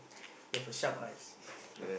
you have a sharp eye